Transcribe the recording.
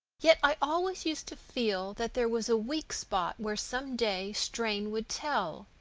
yet i always used to feel that there was a weak spot where some day strain would tell.